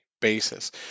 basis